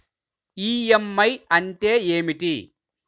EMI అంటే ఏమిటి?